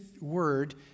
word